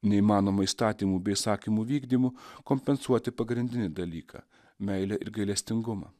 neįmanoma įstatymų bei įsakymų vykdymu kompensuoti pagrindinį dalyką meilę ir gailestingumą